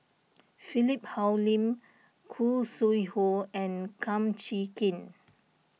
Philip Hoalim Khoo Sui Hoe and Kum Chee Kin